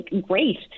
great